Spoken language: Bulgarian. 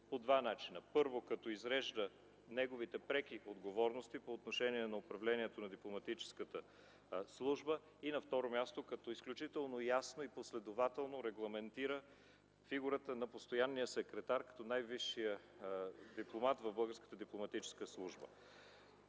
по два начина: първо, като изрежда неговите преки отговорности по отношение управлението на дипломатическата служба и на второ място – като изключително ясно и последователно регламентира фигурата на постоянния секретар, като най-висшия дипломат в българската дипломатическа служба.